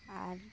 আর